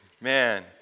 Man